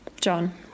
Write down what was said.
John